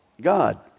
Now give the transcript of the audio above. God